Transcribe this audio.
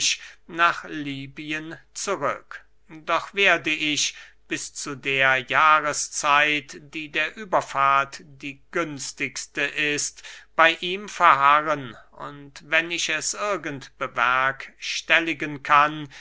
nach lybien zurück doch werde ich bis zu der jahreszeit die der überfahrt die günstigste ist bey ihm verharren und wenn ich es irgend bewerkstelligen kann